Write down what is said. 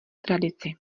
tradici